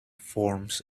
forms